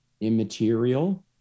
immaterial